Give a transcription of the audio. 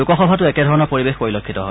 লোকসভাতো একেধৰণৰ পৰিৱেশ পৰিলক্ষিত হয়